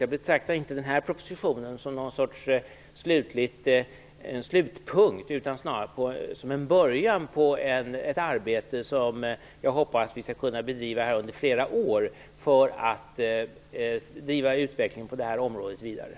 Jag betraktar inte den här propositionen som någon slutpunkt utan snarare som en början på ett arbete som jag hoppas att vi skall kunna bedriva under flera år för att driva utvecklingen vidare på det här området.